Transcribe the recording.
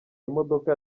imodoka